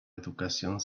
educación